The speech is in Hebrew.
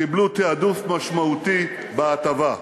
קיבלו העדפה משמעותית בהטבה.